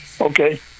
Okay